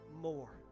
more